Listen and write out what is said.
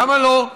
למה לא?